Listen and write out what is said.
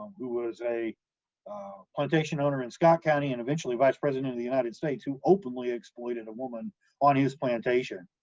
who was a plantation owner in scott county and eventually vice president of the united states, who openly exploited a woman on his plantation,